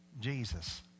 Jesus